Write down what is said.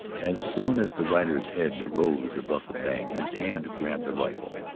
as soon as the rider's head rose above the bank his hand grabbed the rifle,